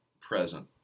present